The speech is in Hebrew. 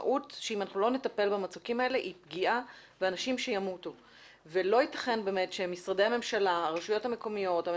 של אנשים של הרשויות המקומיות וגם משרד הפנים,